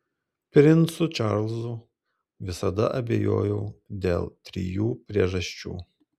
princu čarlzu visada abejojau dėl trijų priežasčių